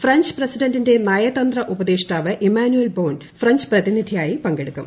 French പ്രസിഡന്റിന്റെ നയതന്ത്ര ഉപദേഷ്ടാവ് ഇമ്മാനുവേൽ ബോൺ ഫ്രഞ്ച് പ്രതിനിധിയായി പങ്കെടുക്കും